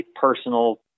personal